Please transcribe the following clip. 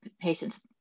patients